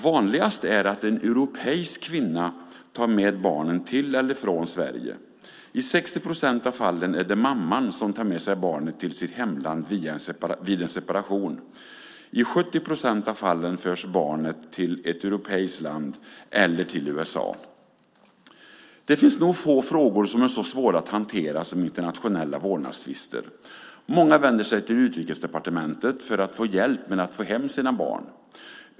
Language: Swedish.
Vanligast är att en europeisk kvinna tar med barnen till eller från Sverige. I 60 procent av fallen är det mamman som tar med sig barnet till sitt hemland vid en separation. I 70 procent av fallen förs barnet till ett europeiskt land eller till USA. Det finns nog få frågor som är så svåra att hantera som internationella vårdnadstvister. Många vänder sig till Utrikesdepartementet för att få hjälp med att få hem sina barn.